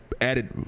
added